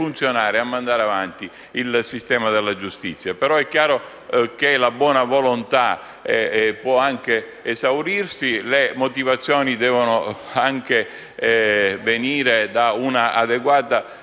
e mandare avanti il sistema della giustizia. È però chiaro che la buona volontà può esaurirsi; le motivazioni devono venire anche da un'adeguata